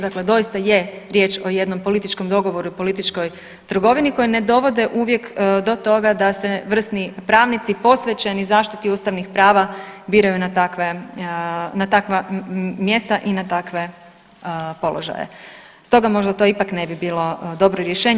Dakle, doista je riječ o jednom političkom dogovoru političkoj trgovini koje ne dovode uvijek do toga da se vrsni pravnici posvećeni zaštiti ustavnih prava biraju na takva mjesta i na takve položaje, stoga možda to ipak ne bi bilo dobro rješenje.